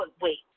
wait